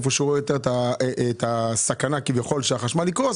איפה שהוא רואה יותר סכנה כביכול שהחשמל יקרוס,